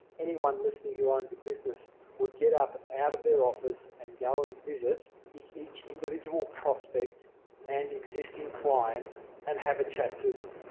anyone listening who owns a business would get up out of their office and go and visit each individual prospect and existing client and have a chat to them.